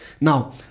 Now